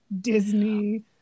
Disney